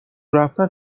رفتن